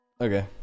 Okay